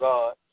God